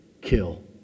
kill